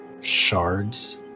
shards